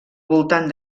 voltant